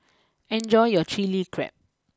enjoy your Chili Crab